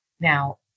Now